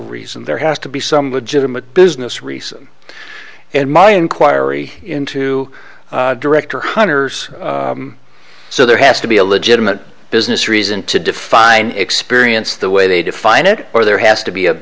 reason there has to be some legitimate business recent in my inquiry into director hunters so there has to be a legitimate business reason to define experience the way they define it or there has to be a